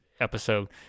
episode